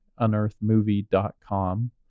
unearthmovie.com